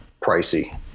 pricey